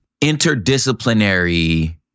interdisciplinary